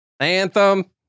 Anthem